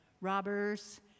robbers